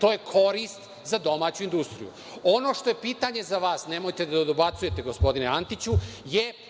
To je korist za domaću industriju. Ono što je pitanje za vas, nemojte da dobacujete gospodine Antiću, je